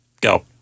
Go